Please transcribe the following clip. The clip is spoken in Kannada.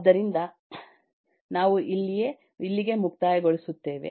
ಆದ್ದರಿಂದ ನಾವು ಇಲ್ಲಿಗೆ ಮುಕ್ತಾಯಗೊಳಿಸುತ್ತೇವೆ